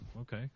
Okay